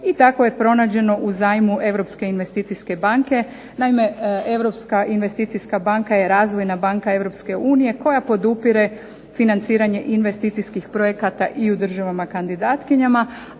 i tako je pronađeno u zajmu Europske investicijske banke. Naime, Europska investicijska banka je Razvojna banka Europske unije koja podupire financiranje investicijskih projekata i u državama kandidatkinjama,